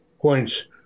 points